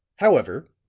however,